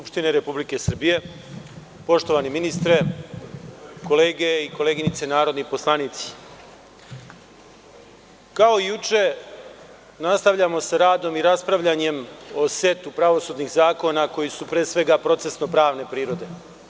Poštovana predsednice, poštovani ministre, kolege i koleginice narodni poslanici, kao i juče, nastavljamo sa radom i raspravljanjem o setu pravosudnih zakona, koji su pre svega procesno-pravne prirode.